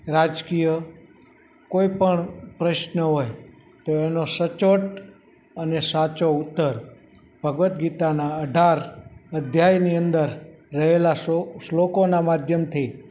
રાજકીય કોઇપણ પ્રશ્ન હોય તો એનો સચોટ અને સાચો ઉત્તર ભગવદ્ ગીતાના અઢાર અધ્યાયની અંદર રહેલા શો શ્લોકોના માધ્યમથી